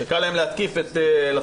שקל להם להתקיף את לה-פמיליה,